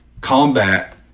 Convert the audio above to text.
combat